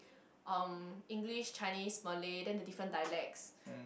um English Chinese Malay then the different dialects